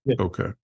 Okay